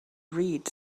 read